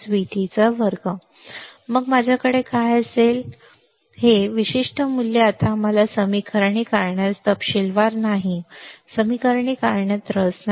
माझे के काहीच नाही परंतु हे विशिष्ट मूल्य आता आम्हाला समीकरणे काढण्यात तपशीलवार नाही समीकरणे काढण्यात रस नाही